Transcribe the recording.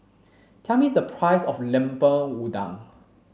tell me the price of lemper udang